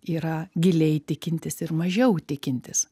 yra giliai tikintis ir mažiau tikintis